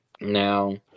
Now